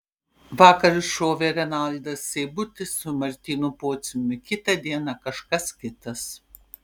vakar iššovė renaldas seibutis su martynu pociumi kitą dieną kažkas kitas